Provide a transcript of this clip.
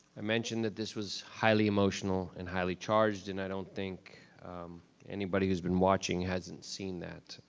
i mentioned that this was highly emotional and highly charged, and i don't think anybody who's been watching, hasn't seen that.